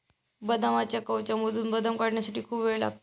बदामाच्या कवचामधून बदाम काढण्यासाठी खूप वेळ लागतो